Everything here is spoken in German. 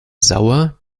sauer